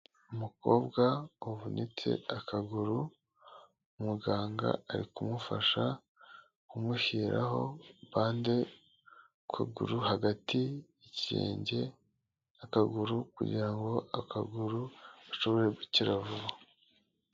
Umukobwa wavunitse akaguru umuganga ari kumufasha kumushyiraho bande ku kuguru hagati yikikirenge akaguru kugirango akaguru gashobore gukira vuba.